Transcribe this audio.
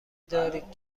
دارید